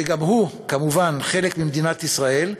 שגם הוא כמובן חלק ממדינת ישראל,